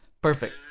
Perfect